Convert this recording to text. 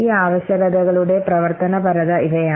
ഈ ആവശ്യകതകളുടെ പ്രവർത്തനപരത ഇവയാണ്